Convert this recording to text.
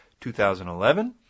2011